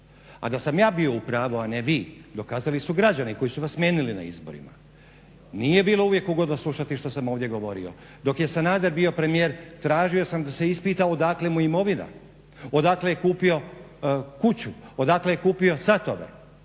A da sam ja bio u pravu, a ne vi dokazali su građani koji su vas smijenili na izborima. Nije bilo uvijek ugodno slušati što sam ovdje govorio. Dok je Sanader bio premijer tražio sam da se ispita odakle mu imovina, odakle je kupio kuću, odakle je kupio satove.